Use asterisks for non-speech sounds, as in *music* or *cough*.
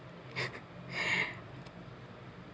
*laughs*